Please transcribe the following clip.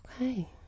okay